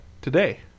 today